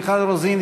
מיכל רוזין,